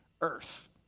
earth